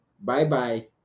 bye-bye